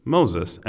Moses